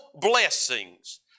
blessings